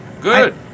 Good